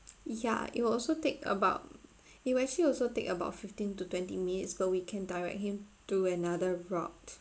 ya it will also take about it will actually also take about fifteen to twenty minutes but we can direct him to another route